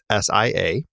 SIA